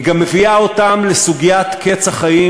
היא גם מביאה אותם לסוגיית קץ החיים,